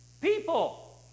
people